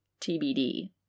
TBD